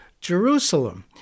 Jerusalem